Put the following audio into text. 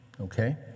okay